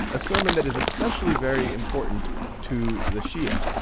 a sermon that is especially very important to the shia.